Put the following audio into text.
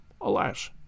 alas